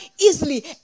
easily